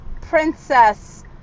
Princess